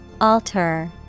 Alter